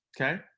okay